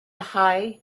haghaidh